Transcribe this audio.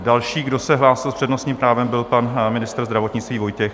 Další, kdo se hlásil s přednostním právem, byl pan ministr zdravotnictví Vojtěch.